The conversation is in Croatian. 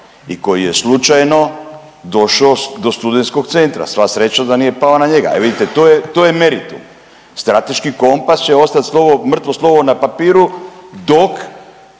i koji je slučajno došao do studentskog centra, sva sreća da nije pao na njega. E vidite, to je, to je meritum, strateški kompas će ostat slovo, mrtvo slovo na papiru dok…